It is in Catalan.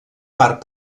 part